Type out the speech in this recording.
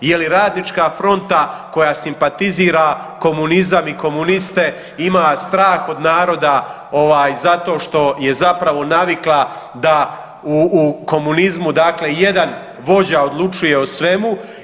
Je li Radnička fronta koja simpatizira komunizam i komuniste ima strah od naroda zato što je zapravo navikla da u komunizmu dakle jedan vođa odlučuje o svemu?